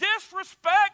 disrespect